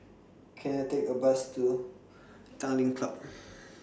Can I Take A Bus to Tanglin Club